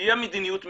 תהיה מדיניות מסוימת,